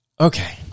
Okay